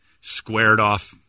squared-off